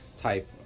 type